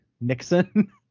Nixon